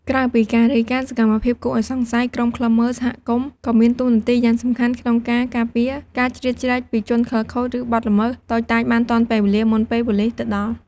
ក្រៅពីការរាយការណ៍សកម្មភាពគួរឱ្យសង្ស័យ ក្រុមឃ្លាំមើលសហគមន៍ក៏មានតួនាទីយ៉ាងសំខាន់ក្នុងការ ការពារការជ្រៀតជ្រែកពីជនខិលខូច ឬបទល្មើសតូចតាចបានទាន់ពេលវេលា មុនពេលប៉ូលិសទៅដល់។